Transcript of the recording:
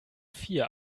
vier